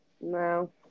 No